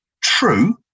true